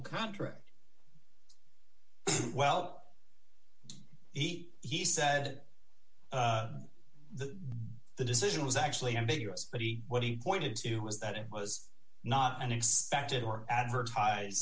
contract well he he said the the decision was actually ambiguous but he what he pointed to was that it was not unexpected or advertise